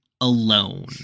Alone